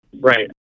Right